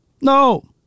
No